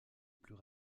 plus